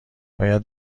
باید